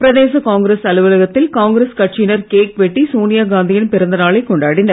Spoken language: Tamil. பிரதேச காங்கிரஸ் அலுவலகத்தில் காங்கிரஸ் கட்சியினர் கேக் வெட்டி சோனியாகாந்தியின் பிறந்தநாளை கொண்டாடினர்